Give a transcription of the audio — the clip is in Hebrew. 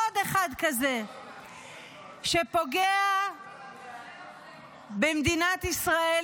עוד אחד כזה שפוגע במדינת ישראל,